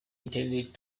intended